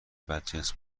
بدجنس